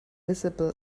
visible